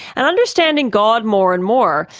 and understanding god more and more,